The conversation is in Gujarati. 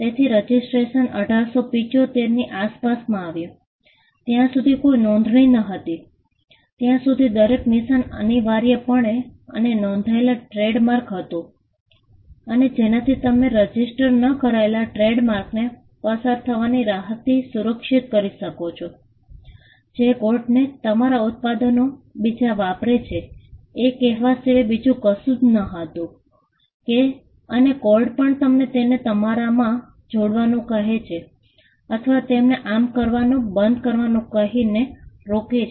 તેથી રજિસ્ટ્રેશન 1875 ની આસપાસ આવ્યું ત્યાં સુધી કોઈ નોંધણી ન હતી ત્યાં સુધી દરેક નિશાન અનિવાર્યપણે એક નોંધાયેલ ટ્રેડમાર્ક હતું અને જેનાથી તમે રજિસ્ટર ન કરાયેલ ટ્રેડમાર્કને પસાર થવાની રાહતથી સુરક્ષિત કરી શકો છો જે કોર્ટને તમારા ઉત્પાદનો બીજા વાપરે છે એ કહેવા સિવાય બીજું કશું જ નહોતું કે અને કોર્ટ પણ તમને તેને તમારામાં જોડવાનું કહે છે અથવા તેમને આમ કરવાનું બંધ કરવાનું કહીને રોકે છે